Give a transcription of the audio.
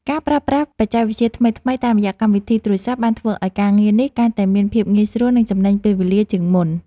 ការប្រើប្រាស់បច្ចេកវិទ្យាថ្មីៗតាមរយៈកម្មវិធីទូរសព្ទបានធ្វើឱ្យការងារនេះកាន់តែមានភាពងាយស្រួលនិងចំណេញពេលវេលាជាងមុន។